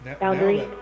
Boundary